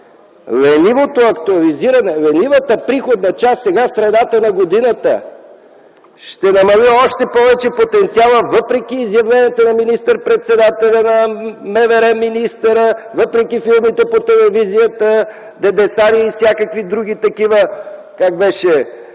ленивото актуализиране, ленивата приходна част сега, в средата на годината, ще намали още повече потенциалът, въпреки изявленията на министър-председателя, на министъра на вътрешните работи, въпреки филмите по телевизията – дедесари и всякакви други такива - как беше?